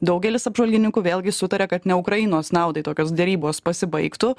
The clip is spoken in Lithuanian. daugelis apžvalgininkų vėlgi sutaria kad ne ukrainos naudai tokios derybos pasibaigtų